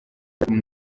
ashyira